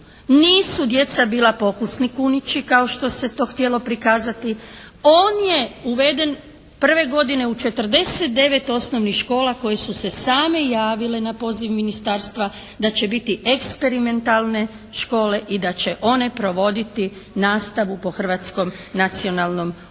Nisu djeca bila pokusni kunići kao što se to htjelo prikazati. On je uveden prve godine u 49 osnovnih škola koje su se same javile na poziv Ministarstva da će biti eksperimentalne škole i da će one provoditi nastavu po hrvatskom nacionalnom